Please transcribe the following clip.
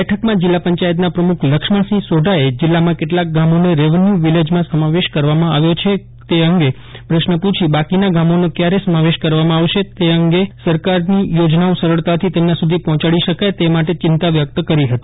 બેઠકમાં જિલ્લા પંચાયતના પ્રમુખ લક્ષમણસિંહ સોઢાએ જિલ્લામાં કેટલા ગામોને રેવન્યુ વિલેજમાં સમાવેશ કરવામાં આવ્યો છે તે અંગે પ્રશ્ન પૂછી બાકીના ગામોનો ક્યારે સમાવેશ કરવામાં આવશે તે અંગે પ્રશ્ન પૂછી સરકારની યોજનાઓ સરળતાથી તેમના સુધી પહોંચાડી શકાય તે માટે ચિંતા વ્યક્ત કરી હતી